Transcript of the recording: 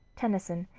tennyson,